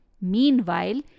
Meanwhile